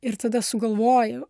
ir tada sugalvoju